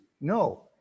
No